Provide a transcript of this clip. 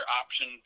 option